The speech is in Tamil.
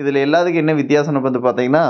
இதில் எல்லாத்துக்கும் என்ன வித்தியாசம்னு வந்து பார்த்திங்கன்னா